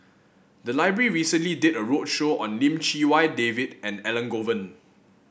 the library recently did a roadshow on Lim Chee Wai David and Elangovan